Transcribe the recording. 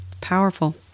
Powerful